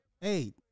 Hey